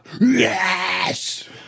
Yes